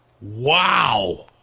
Wow